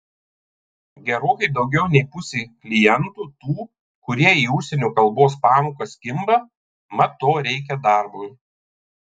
gerokai daugiau nei pusė klientų tų kurie į užsienio kalbos pamokas kimba mat to reikia darbui